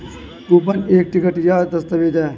coupon एक ticket या दस्तावेज़ है